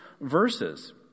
verses